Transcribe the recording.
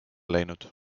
läinud